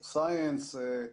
Science,